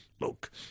look